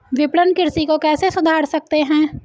विपणन कृषि को कैसे सुधार सकते हैं?